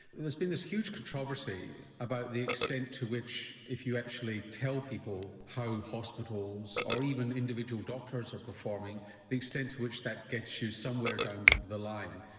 there's been this huge controversy about the extent to which if you actually tell people how hospitals or even individual doctors are performing the extent to which that gets you somewhere down the the line.